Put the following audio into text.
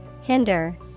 Hinder